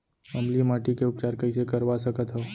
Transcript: अम्लीय माटी के उपचार कइसे करवा सकत हव?